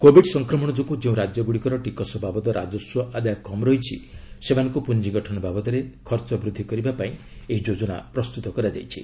Covid ସଂକ୍ରମଣ ଯୋଗୁଁ ଯେଉଁ ରାକ୍ୟଗୁଡ଼ିକର ଟିକସ ବାବଦ ରାଜସ୍ୱ ଆଦାୟ କମ୍ ରହିଛି ସେମାନଙ୍କୁ ପୁଞ୍ଜିଗଠନ ବାବଦରେ ଖର୍ଚ୍ଚ ବୃଦ୍ଧି କରିବାପାଇଁ ଏହି ଯୋଜନା ପ୍ରସ୍ତୁତ କରାଯାଇଛି